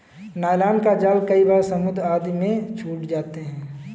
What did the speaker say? nylon का जाल कई बार समुद्र आदि में छूट जाते हैं